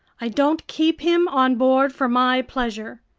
i don't keep him on board for my pleasure!